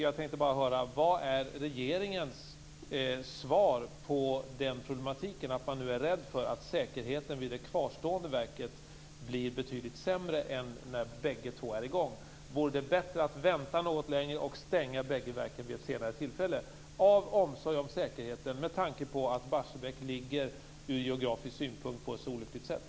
Jag vill höra regeringens svar på den problematiken, dvs. att man nu är rädd för att säkerheten vid det kvarstående verket blir betydligt sämre än när bägge två är i gång. Vore det bättre att vänta något längre, och stänga bägge verken vid ett senare tillfälle av omsorg om säkerheten med tanke på att Barsebäck ligger på ett ur geografisk synpunkt så olyckligt sätt?